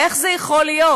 איך זה יכול להיות?